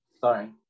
Sorry